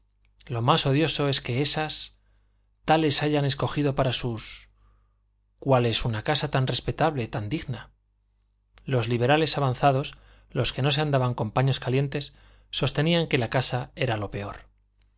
lo más odioso es que esas tales hayan escogido para sus cuales una casa tan respetable tan digna los liberales avanzados los que no se andaban con paños calientes sostenían que la casa era lo peor